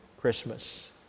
Christmas